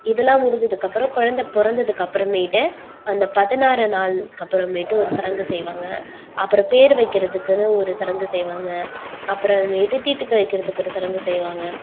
இதெல்லாம் முடிஞ்சதுக்கப்புறம் குழந்த பிறந்ததுக்கு அப்புறமேட்டு அந்த பதினாறு நாள்கப்புறமேட்டு ஒரு சடங்கு செய்வாங்க அப்புறம் பேர் வைக்கிறதுக்குன்னு ஒரு சடங்கு செய்வாங்க அப்புறமேட்டு தீட்டு கழிக்கிறத்துக்கு ஒரு சடங்கு செய்வாங்க